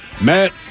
Matt